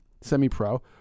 semi-pro